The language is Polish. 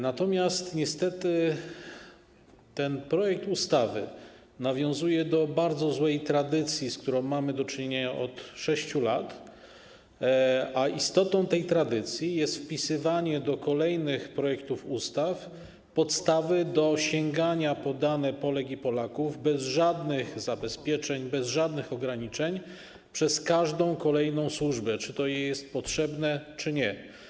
Natomiast niestety ten projekt ustawy nawiązuje do bardzo złej tradycji, z którą mamy do czynienia od 6 lat, a istotą tej tradycji jest wpisywanie do kolejnych projektów ustaw podstawy do sięgania po dane Polek i Polaków bez żadnych zabezpieczeń, bez żadnych ograniczeń przez każdą kolejną służbę, czy to jest jej potrzebne czy nie.